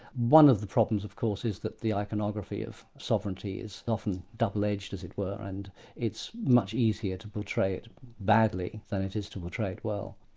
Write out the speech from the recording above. one of the problems of course is that the iconography of sovereignty is often double-edged, as it were, and it's much easier to portray it badly than it is to portray it well.